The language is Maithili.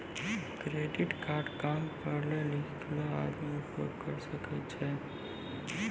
क्रेडिट कार्ड काम पढलो लिखलो आदमी उपयोग करे सकय छै?